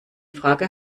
frage